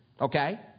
Okay